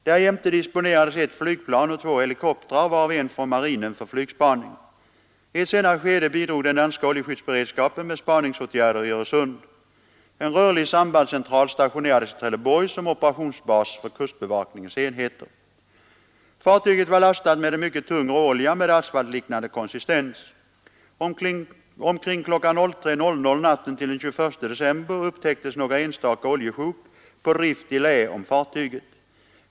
Därjämte disponerades ett flygplan och två helikoptrar, varav en från marinen, för flygspaning. I ett senare skede bidrog den danska oljeskyddsberedskapen med spaningsåtgärder i Öresund. En rörlig sambandscentral stationerades i Trelleborg som operationsbas för kustbevakningens enheter. Fartyget var lastat med en mycket tung råolja med asfaltliknande konsistens. Omkring kl. 03.00 natten till den 21 december upptäcktes några enstaka oljesjok på drift i lä om fartyget.